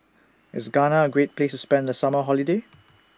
IS Ghana A Great Place to spend The Summer Holiday